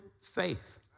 faith